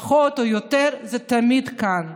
פחות או יותר, הם תמיד כאן,